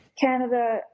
Canada